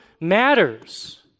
matters